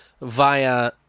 via